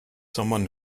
someone